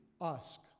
ask